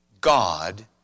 God